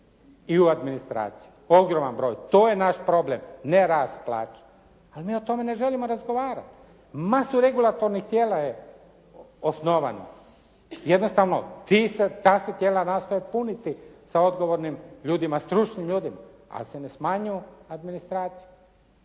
i u administraciji, ogroman broj. To je naš problem, ne rast plaća. Ali mi o tome ne želimo razgovarati. Masu regulatornih tijela je osnovano. Jednostavno ta se tijela nastoje puniti sa odgovornim ljudima, stručnim ljudima. Ali se ne smanjuju administracije.